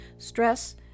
Stress